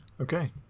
Okay